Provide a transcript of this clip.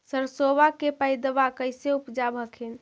सरसोबा के पायदबा कैसे उपजाब हखिन?